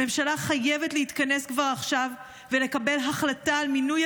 הממשלה חייבת להתכנס כבר עכשיו ולקבל החלטה על מינוי